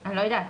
אני לא יודעת,